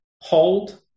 hold